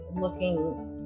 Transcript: looking